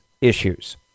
issues